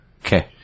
Okay